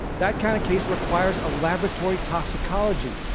that kind of case requires a laboratory toxicology